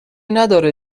نداره